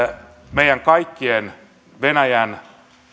meidän kaikkien venäjän